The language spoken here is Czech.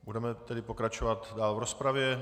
Budeme tedy pokračovat dál v rozpravě.